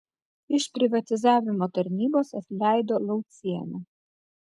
iš privatizavimo tarnybos atleido laucienę